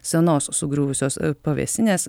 senos sugriuvusios pavėsinės